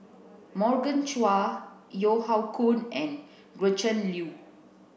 Morgan Chua Yeo Hoe Koon and Gretchen Liu